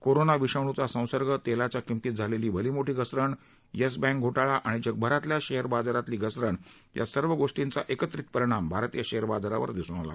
corona विषाणूचा संसर्ग तेलाच्या किंमतीत झालेली भली मोठी घसरण यस बँक घोटाळा आणि जगभरातल्या शेअर बाजारातली घसरण या सर्व गोष्टींचा एकत्रित परिणाम भारतीय शेअर बाजारावर दिसून आला